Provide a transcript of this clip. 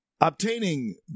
obtaining